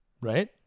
Right